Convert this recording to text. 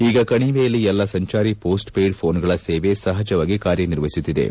ಈಗ ಕಣಿವೆಯಲ್ಲಿ ಎಲ್ಲ ಸಂಜಾರಿ ಪೋಸ್ಟ್ ಪೇಯ್ಡ್ ಪೋನ್ಗಳ ಸೇವೆ ಸಹಜವಾಗಿ ಕಾರ್ಯ ನಿರ್ವಒಸುತ್ತಿವೆ